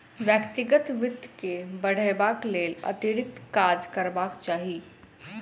व्यक्तिगत वित्त के बढ़यबाक लेल अतिरिक्त काज करबाक चाही